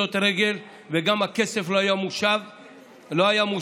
פושטות רגל, וגם הכסף לא היה מושב לרוכשים.